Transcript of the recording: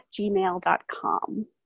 gmail.com